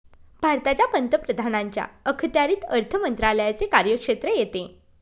भारताच्या पंतप्रधानांच्या अखत्यारीत अर्थ मंत्रालयाचे कार्यक्षेत्र येते